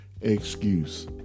excuse